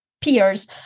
peers